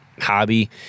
hobby